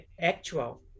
actual